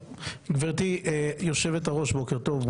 גברתי יושבת הראש בוקר טוב,